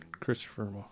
christopher